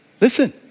Listen